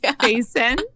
Jason